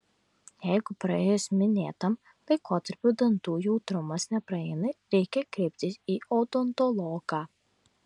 jeigu praėjus minėtam laikotarpiui dantų jautrumas nepraeina reikia kreiptis į odontologą